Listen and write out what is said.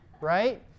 right